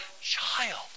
child